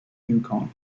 yukon